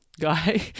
guy